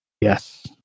Yes